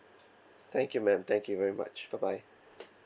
thank you ma'am thank you very much bye bye